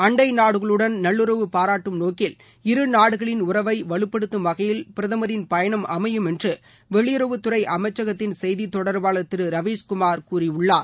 அண்டை நாடுகளுடன் நல்லுறவு பாராட்டும் நோக்கில் இருநாடுகளின் உறவை வலுப்படுத்தும் வகையில் பிரதமரின் பயணம் அமையும் என்று வெளியுறவுத்துறை அமைச்சகத்தின் செய்தித்தொடர்பாளர் திரு ரவீஷ்குமார் கூறியுள்ளார்